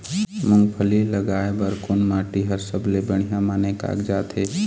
मूंगफली लगाय बर कोन माटी हर सबले बढ़िया माने कागजात हे?